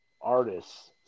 artists